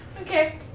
Okay